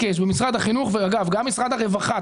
אגב, גם משרד הרווחה.